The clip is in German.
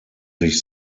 sich